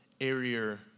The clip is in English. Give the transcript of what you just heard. airier